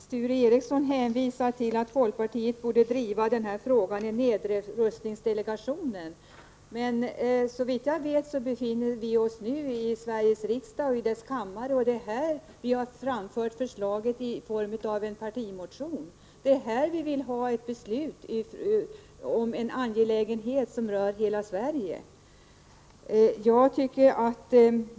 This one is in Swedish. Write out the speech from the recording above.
Herr talman! Sture Ericson anser att folkpartiet borde driva frågan om en fredsdelegation i nedrustningsdelegationen. Såvitt jag vet befinner vi oss nu i Sveriges riksdag och i dess kammare, och det är här som folkpartiet har framfört förslaget i form av en partimotion. Det är också här som vi vill att det skall fattas ett beslut om en angelägenhet som rör hela Sverige.